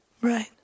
Right